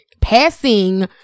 passing